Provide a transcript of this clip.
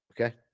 okay